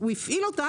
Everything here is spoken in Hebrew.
הוא הפעיל אותן